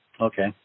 Okay